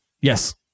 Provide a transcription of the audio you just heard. Yes